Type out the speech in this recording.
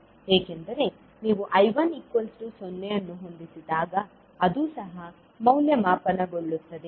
ಏಕೆಂದರೆ ನೀವು I10 ಅನ್ನು ಹೊಂದಿಸಿದಾಗ ಅದು ಸಹ ಮೌಲ್ಯಮಾಪನಗೊಳ್ಳುತ್ತದೆ